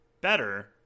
better